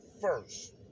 first